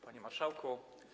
Panie Marszałku!